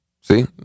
See